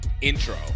intro